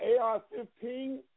AR-15